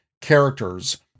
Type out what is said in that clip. characters